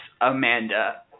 Amanda